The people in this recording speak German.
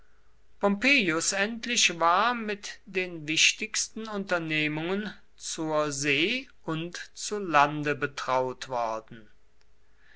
endlich war mit den wichtigsten unternehmungen zur see und zu lande betraut worden